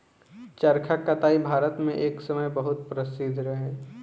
चरखा कताई भारत मे एक समय बहुत प्रसिद्ध रहे